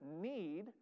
need